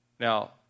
Now